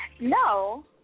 No